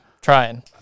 trying